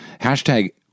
hashtag